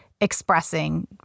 expressing